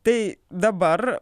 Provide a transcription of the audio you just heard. tai dabar